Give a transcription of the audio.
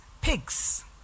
pigs